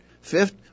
Fifth